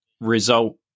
result